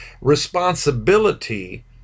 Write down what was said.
responsibility